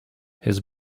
his